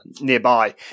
nearby